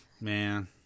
man